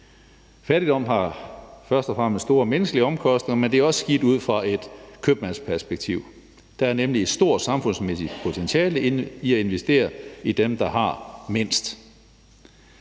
Fattigdom har først og fremmest store menneskelige omkostninger, men det er også skidt ud fra et købmandsperspektiv. Der er nemlig et stort samfundsmæssigt potentiale i at investere i dem, der har mindst.